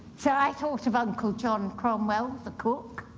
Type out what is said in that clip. so i thought of uncle john cromwell, the cook,